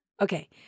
Okay